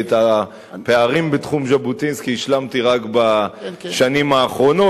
ואת הפערים בתחום ז'בוטינסקי השלמתי רק בשנים האחרונות.